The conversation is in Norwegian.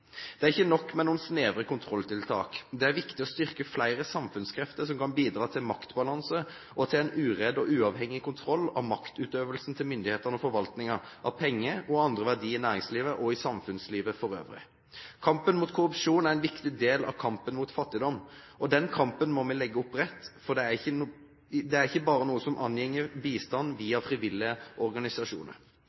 Det er ikke nok med noen snevre kontrolltiltak. Det er viktig å styrke flere samfunnskrefter som kan bidra til maktbalanse og til en uredd og uavhengig kontroll av maktutøvelsen til myndighetene og forvaltningen av penger og andre verdier i næringslivet og i samfunnslivet for øvrig. Kampen mot korrupsjon er en viktig del av kampen mot fattigdom. Og den kampen må vi legge opp bredt, for den er ikke bare noe som angår bistand via frivillige organisasjoner.